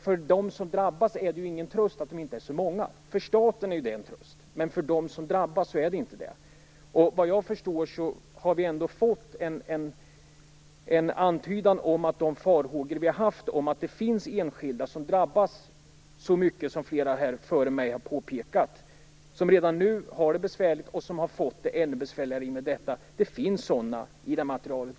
För dem som drabbas är det ingen tröst att de inte är så många. För staten är det en tröst, men inte för dem som drabbas. Vad jag förstår har vi ändå fått en antydan om att de farhågor vi haft om att enskilda drabbas så mycket som flera före mig påpekat, har besannats. De hade det redan besvärligt och har fått det ännu besvärligare i och med detta. Det finns sådana fall i materialet.